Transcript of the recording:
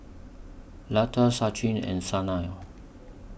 Lata Sachin and Sanal